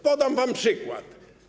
Podam wam przykład.